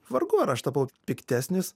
vargu ar aš tapau piktesnis